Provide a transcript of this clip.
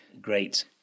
great